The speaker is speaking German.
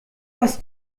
was